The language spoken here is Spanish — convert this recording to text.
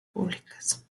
públicas